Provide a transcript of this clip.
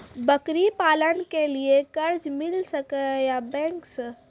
बकरी पालन के लिए कर्ज मिल सके या बैंक से?